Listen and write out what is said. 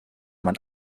man